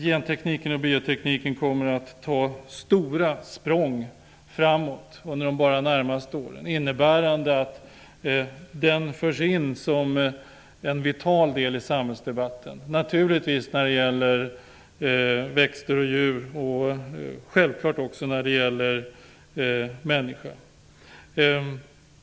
Gentekniken och biotekniken kommer att ta stora språng framåt bara under de närmaste åren. Det innebär att gentekniken och biotekniken förs in som en vital del i samhällsdebatten när det gäller växter och djur och självklart också när det gäller människan.